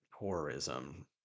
horrorism